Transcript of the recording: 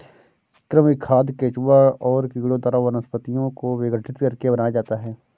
कृमि खाद केंचुआ और कीड़ों द्वारा वनस्पतियों को विघटित करके बनाया जाता है